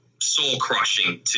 soul-crushing